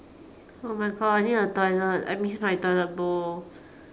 oh my god I need a toilet I miss my toilet bowl